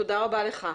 תודה רבה לך.